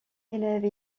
élève